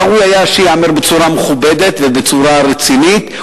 ראוי היה שייאמר בצורה מכובדת ובצורה רצינית,